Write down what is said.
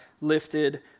lifted